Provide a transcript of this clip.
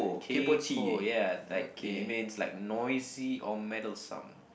kaypoh ya like it it means like noisy or meddlesome